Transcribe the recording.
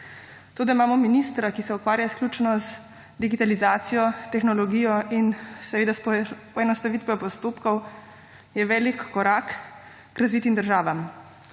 da imamo ministra, ki se ukvarja izključno z digitalizacijo, tehnologijo in seveda s poenostavitvijo postopkov, je velik korak k razvitim državam.